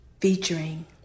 featuring